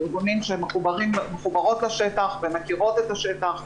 אנחנו מחוברות לשטח ומכירות את השטח,